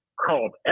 called